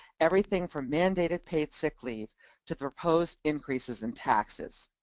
everything from mandated paid sick leave to proposed increases in taxes.